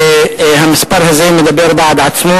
והמספר הזה מדבר בעד עצמו,